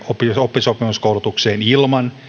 oppisopimuskoulutukseen ilman